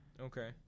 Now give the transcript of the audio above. Okay